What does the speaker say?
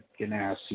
Ganassi